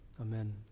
Amen